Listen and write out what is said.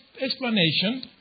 explanation